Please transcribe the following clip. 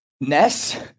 Ness